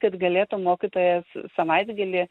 kad galėtų mokytojas savaitgalį